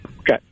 Okay